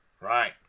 Right